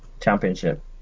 Championship